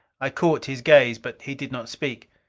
i caught his gaze but he did not speak.